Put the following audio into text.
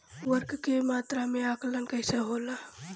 उर्वरक के मात्रा के आंकलन कईसे होला?